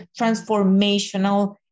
transformational